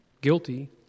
Guilty